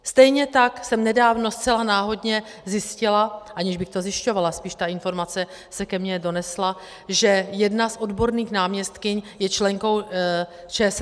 Stejně tak jsem nedávno zcela náhodně zjistila, aniž bych to zjišťovala, spíš ta informace se ke mně donesla, že jedna z odborných náměstkyň je členkou ČSSD.